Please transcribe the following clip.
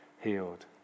healed